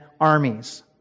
armies